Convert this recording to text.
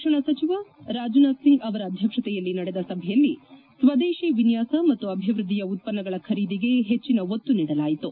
ರಕ್ಷಣಾ ಸಚಿವ ರಾಜನಾಥ್ಸಿಂಗ್ ಅವರ ಅಧ್ಯಕ್ಷತೆಯಲ್ಲಿ ನಡೆದ ಸಭೆಯಲ್ಲಿ ಸ್ವದೇಶಿ ವಿನ್ನಾಸ ಮತ್ತು ಅಭಿವೃದ್ದಿಯ ಉತ್ತನ್ನಗಳ ಖರೀದಿಗೆ ಹೆಚ್ಚನ ಒತ್ತು ನೀಡಲಾಯಿತು